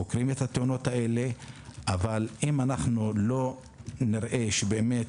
חוקרים את התאונות האלה אבל אם נראה שבאמת,